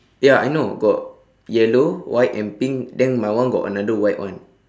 ya I know got yellow white and pink then my one got another white one